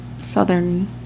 southern